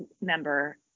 member